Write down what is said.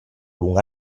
lungo